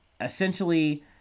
essentially